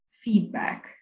feedback